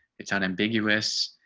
it's not ambiguous.